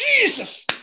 Jesus